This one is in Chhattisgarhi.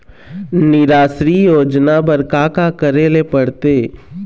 निराश्री योजना बर का का करे ले पड़ते?